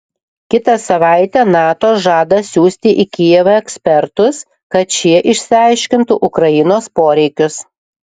kitą savaitę nato žada siųsti į kijevą ekspertus kad šie išsiaiškintų ukrainos poreikius